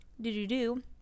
do-do-do